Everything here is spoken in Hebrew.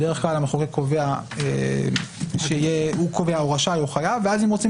בדרך כלל המחוקק קובע רשאי או חייב ואז אם רוצים